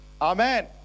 Amen